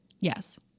yes